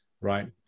right